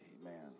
Amen